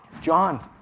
John